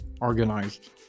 organized